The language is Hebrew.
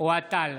אוהד טל,